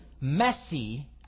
messy